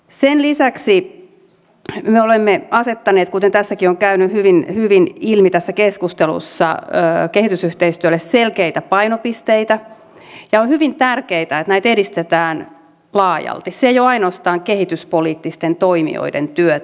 sen lisäksi me olemme asettaneet kuten tässä keskustelussakin on käynyt hyvin ilmi kehitysyhteistyölle selkeitä painopisteitä ja on hyvin tärkeätä että näitä edistetään laajalti se ei ole ainoastaan kehityspoliittisten toimijoiden työtä